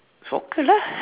soccer lah